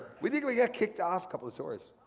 we think we got kicked off a couple of tours.